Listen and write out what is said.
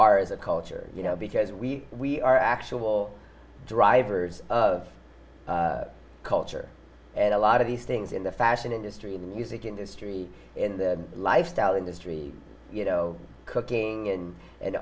our as a culture you know because we we are actual drivers of culture and a lot of these things in the fashion industry music industry in the lifestyle industry you know cooking and and